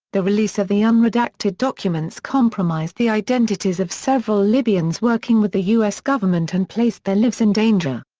the release of the unredacted documents compromised the identities of several libyans working with the u s. government and placed their lives in danger.